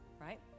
right